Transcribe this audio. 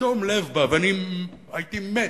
בתום לב בא, ואני הייתי מת